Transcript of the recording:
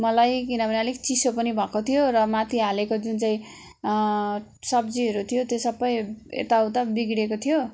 मलाई किनभने अलिक चिसो पनि भएको थियो र माथि हालेको जुन चाहिँ सब्जीहरू थियो त्यो सबै यता उता बिग्रिएको थियो